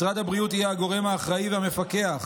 משרד הבריאות יהיה הגורם האחראי והמפקח